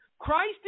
Christ